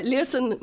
Listen